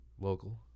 local